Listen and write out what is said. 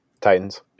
Titans